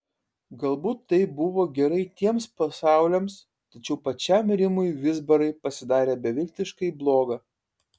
galbūt tai buvo gerai tiems pasauliams tačiau pačiam rimui vizbarai pasidarė beviltiškai bloga